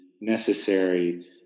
necessary